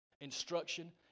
instruction